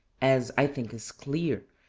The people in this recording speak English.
as i think is clear,